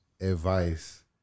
advice